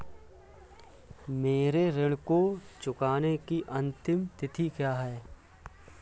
मेरे ऋण को चुकाने की अंतिम तिथि क्या है?